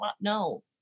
no